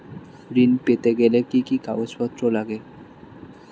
ঋণ পেতে গেলে কি কি কাগজপত্র লাগে?